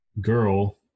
girl